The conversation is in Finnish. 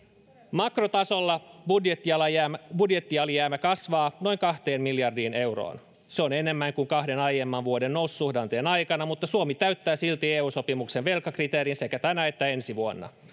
makrotasolla budjettialijäämä budjettialijäämä kasvaa noin kahteen miljardiin euroon se on enemmän kuin kahden aiemman vuoden noususuhdanteen aikana mutta suomi täyttää silti eu sopimuksen velkakriteerin sekä tänä että ensi vuonna